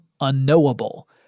unknowable